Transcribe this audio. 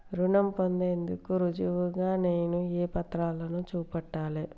రుణం పొందేందుకు రుజువుగా నేను ఏ పత్రాలను చూపెట్టాలె?